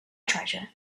treasure